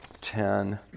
ten